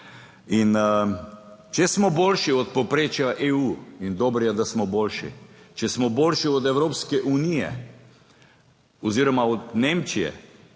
če smo boljši od povprečja EU, in dobro je, da smo boljši, če smo boljši od Evropske unije oziroma od Nemčije